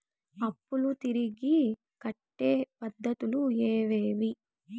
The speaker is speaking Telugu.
అప్పులు తిరిగి కట్టే పద్ధతులు ఏవేవి